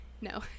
No